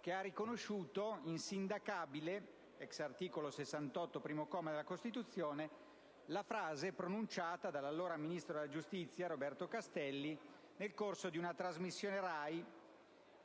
che ha riconosciuto insindacabile *ex* articolo 68, primo comma, della Costituzione la frase pronunciata dall'allora ministro della giustizia Castelli nel corso della trasmissione